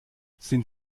sind